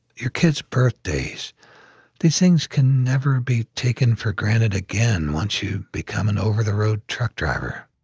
your kids' birthdays these things can never be taken for granted again once you become an over the road truck driver.